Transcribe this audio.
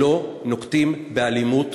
שלא נוקטים אלימות,